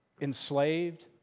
enslaved